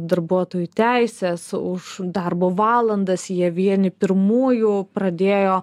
darbuotojų teises už darbo valandas jie vieni pirmųjų pradėjo